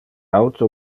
auto